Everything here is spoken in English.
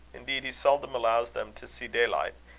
indeed he seldom allows them to see daylight,